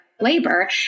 labor